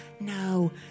No